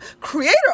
creator